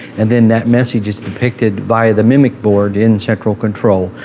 and then that message is depicted by the mimic board in central control.